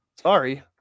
sorry